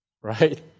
Right